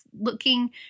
looking